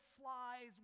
flies